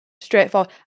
straightforward